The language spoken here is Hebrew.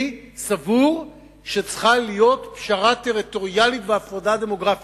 אני סבור שצריכות להיות פשרה טריטוריאלית והפרדה דמוגרפית,